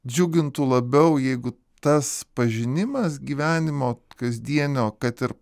džiugintų labiau jeigu tas pažinimas gyvenimo kasdienio kad ir